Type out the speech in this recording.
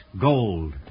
gold